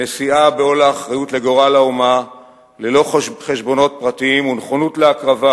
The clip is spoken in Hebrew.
נשיאה בעול האחריות לגורל האומה ללא חשבונות פרטיים ונכונות להקרבה